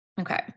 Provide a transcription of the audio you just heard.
Okay